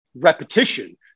repetition